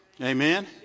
Amen